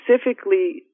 specifically